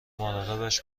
مراقبش